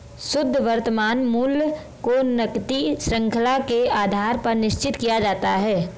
शुद्ध वर्तमान मूल्य को नकदी शृंखला के आधार पर निश्चित किया जाता है